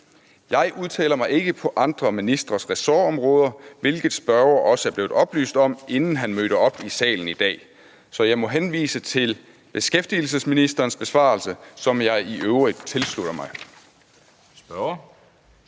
Jeg udtaler mig ikke på andre ministres ressortområder, hvilket spørgeren også er blevet oplyst om, inden han mødte op i salen i dag. Så jeg må henvise til beskæftigelsesministerens besvarelse, som jeg i øvrigt tilslutter mig. Kl.